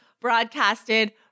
broadcasted